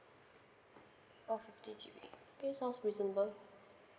of fifty G B okay sounds reasonable